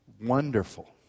wonderful